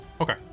Okay